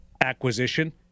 acquisition